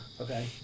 okay